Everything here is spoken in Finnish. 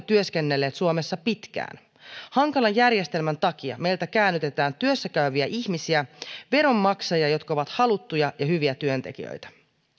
työskennelleet suomessa pitkään hankalan järjestelmän takia meiltä käännytetään työssä käyviä ihmisiä veronmaksajia jotka ovat haluttuja ja hyviä työntekijöitä